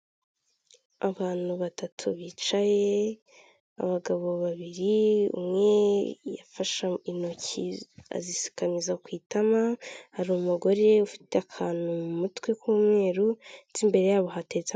Icyumba kigaragara nkaho hari ahantu bigira ikoranabuhanga, hari abagabo babiri ndetse hari n'undi utari kugaragara neza, umwe yambaye ishati y'iroze undi yambaye ishati y'umutuku irimo utubara tw'umukara, imbere yabo hari amaterefoni menshi bigaragara ko bari kwihugura.